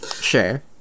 Sure